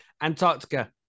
Antarctica